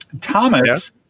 Thomas